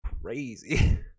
crazy